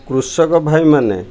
କୃଷକ ଭାଇମାନେ